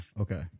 okay